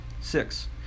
Six